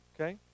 Okay